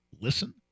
listen